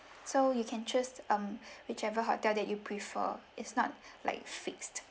so you can just choose um whichever hotel that you prefer it's not like fixed